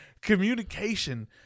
communication